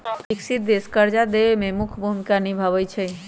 विकसित देश कर्जा देवे में मुख्य भूमिका निभाई छई